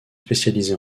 spécialisé